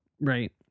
Right